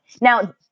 Now